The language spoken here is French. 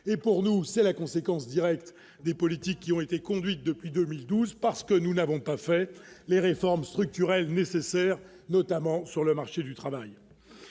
et pour nous, c'est la conséquence directe des politiques qui ont été conduites depuis 2012 parce que nous n'avons pas fait les réformes structurelles nécessaires, notamment sur le marché du travail.